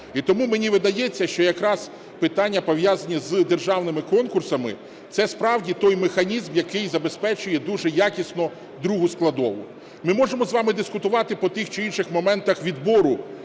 І тому мені видається, що якраз питання, пов'язані з державними конкурсами, - це справді той механізм, який забезпечує дуже якісно другу складову. Ми можемо з вами дискутувати по тих чи інших моментах відбору